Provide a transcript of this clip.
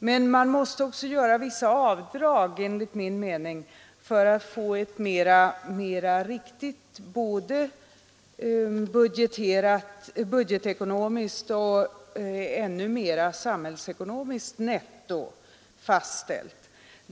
Men man måste enligt min uppfattning också göra vissa avdrag för att få ett riktigt både budgetekonomiskt och ännu mera samhällsekonomiskt netto fastställt.